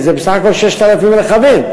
כי זה בסך הכול 6,000 רכבים,